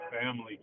family